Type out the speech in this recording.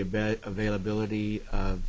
a bed availability of